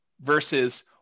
versus